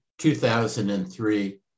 2003